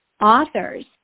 authors